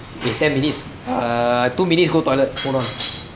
eh ten minutes uh I two minutes go toilet hold on